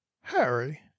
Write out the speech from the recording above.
harry